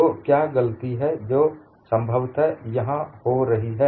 तो क्या गलती है जो संभवतः यहां हो रही है